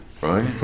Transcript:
Right